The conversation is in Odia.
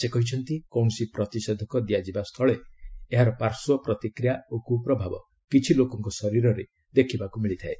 ସେ କହିଛନ୍ତି କୌଣସି ପ୍ରତିଷେଧକ ଦିଆଯିବା ସ୍ଥଳେ ଏହାର ପାର୍ଶ୍ୱ ପ୍ରତିକ୍ରିୟା ଓ କୁପ୍ରଭାବ କିଛି ଲୋକଙ୍କ ଶରୀରରେ ଦେଖିବାକୁ ମିଳିଥାଏ